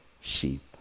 sheep